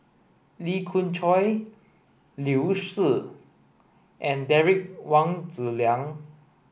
Lee Khoon Choy Liu Si and Derek Wong Zi Liang